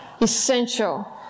essential